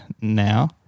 now